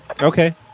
Okay